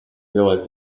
realized